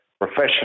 professional